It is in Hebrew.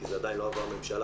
כי זה עדיין לא עבר ממשלה,